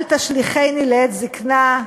אל תשליכני לעת זיקנה,